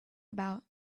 about